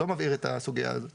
יש איזה הוצאה שצריך לעשות --- כן,